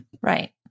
Right